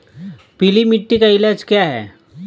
पीली मिट्टी का इलाज क्या है?